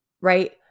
right